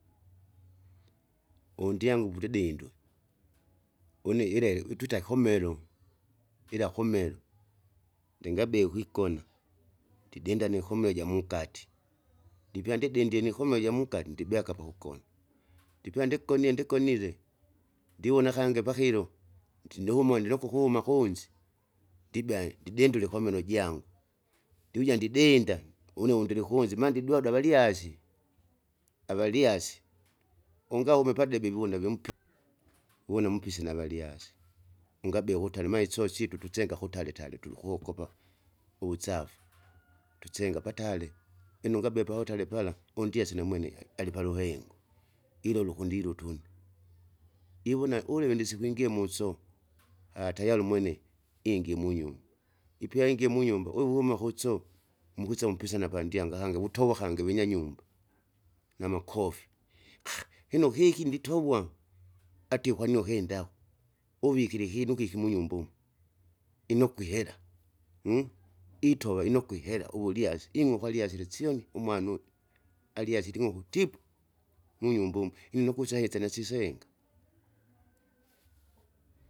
undyangu kudidindwe, une ilele itwita komelo ila komelo, ndingabie ukwigona ndidinda nikomio ijamunkati, ndipya ndidindie nikomeo jamunkati ndibya akapakukona. Ndipya ndigonie ndigonie ndigonile, ndiwona kangi pakilo, ndinuhumwa ndinoko ukuma kunzi ndibea ndidindule komero jangu, ndiuja ndidinda, une undilikunze maa ndidwadwa valyasi, avalyasi, ungaume padebe wigona wimpu. Uwona mumpisi navalyasi, ungabea ukuta alima iso syitu tusenga kutale tale tulikokopa, uvusafu, tusenga patale, lino ungabie pavotare pala, undyasi namwene alipaluhengo ilole ukundilu utunu iwona ulewe ndisikwingie musoo, tayari umwene ingie munyumba, ipya ingie munyumba wewuma kuchoo, mukwisa mupisana pandyanga ahange ukutova kangi vinyanyumba, namakofi lino kiki nditogwa. Atie kwanini ukinda akwa, uvikire ikinu kiki munyumba umo? inokwe ihera itova inokweihera uvulyasi ing'oku alyasile isyoni umwana uju. Alyasilingi ukutipu, munyumba umo, ino ukusaisa nasisenga.